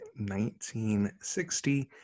1960